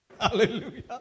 Hallelujah